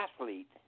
athlete